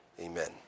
Amen